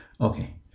Okay